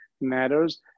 matters